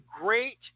great